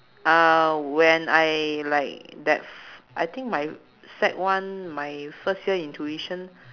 uh when I like that f~ I think my sec one my first year in tuition